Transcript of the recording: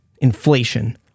inflation